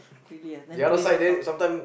really ah then police all come